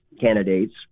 candidates